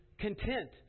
Content